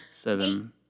Seven